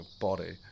body